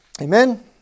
Amen